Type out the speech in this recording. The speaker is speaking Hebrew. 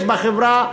יש בחברה,